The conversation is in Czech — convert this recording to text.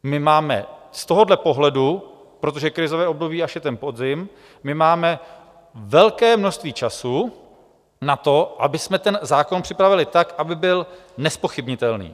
My máme z tohoto pohledu, protože krizové období je až ten podzim, velké množství času na to, abychom ten zákon připravili tak, aby byl nezpochybnitelný.